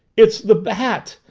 it's the bat,